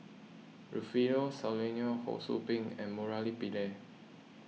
Rufino Soliano Ho Sou Ping and Murali Pillai